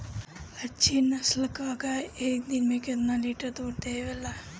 अच्छी नस्ल क गाय एक दिन में केतना लीटर दूध देवे ला?